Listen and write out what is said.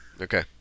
okay